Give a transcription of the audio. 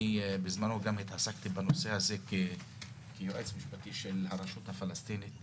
אני בזמנו גם התעסקתי בנושא הזה כיועץ משפטי של הרשות הפלשתינית.